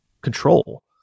control